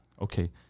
Okay